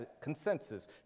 consensus